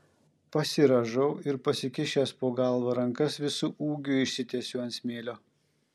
pasirąžau ir pasikišęs po galva rankas visu ūgiu išsitiesiu ant smėlio